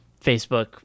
Facebook